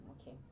okay